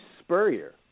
Spurrier